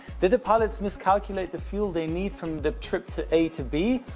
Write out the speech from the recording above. the the pilots miscalculate the fuel they need from the trip to a to b?